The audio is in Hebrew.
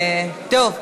טוב.